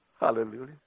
Hallelujah